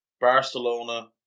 Barcelona